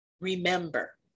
Remember